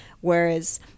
Whereas